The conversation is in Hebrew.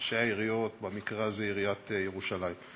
ראשי העיריות, במקרה הזה עיריית ירושלים.